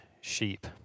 sheep